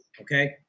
okay